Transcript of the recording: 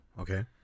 okay